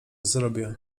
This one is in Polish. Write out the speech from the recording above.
zrobię